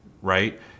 right